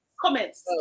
Comments